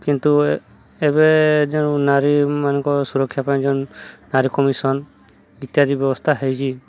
କିନ୍ତୁ ଏବେ ଯେଉଁ ନାରୀମାନଙ୍କ ସୁରକ୍ଷା ପାଇଁ ଯେଉଁ ନାରୀ କମିସନ୍ ଇତ୍ୟାଦି ବ୍ୟବସ୍ଥା ହୋଇଛି